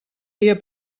dia